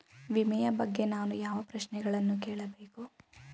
ವಿಮೆಯ ಬಗ್ಗೆ ನಾನು ಯಾವ ಪ್ರಶ್ನೆಗಳನ್ನು ಕೇಳಬೇಕು?